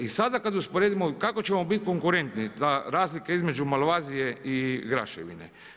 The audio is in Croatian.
I sada kad usporedimo kako ćemo biti konkurentni, razlika između malvazije i graševine.